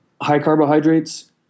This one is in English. high-carbohydrates